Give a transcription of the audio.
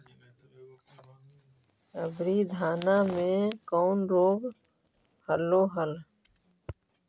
अबरि धाना मे कौन रोग हलो हल?